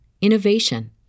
innovation